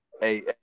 Hey